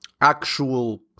actual